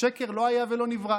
שזה שקר, לא היה ולא נברא.